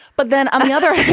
but then on the other